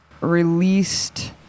released